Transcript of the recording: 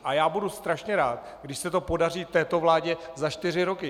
A já budu strašně rád, když se to podaří této vládě za čtyři roky.